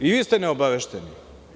I vi ste neobavešteni.